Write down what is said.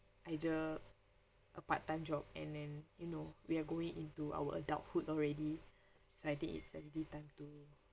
either a part time job and then you know we are going into our adulthood already so I think it's a ready time to